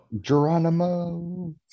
geronimo